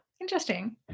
interesting